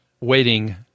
waiting